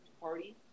Party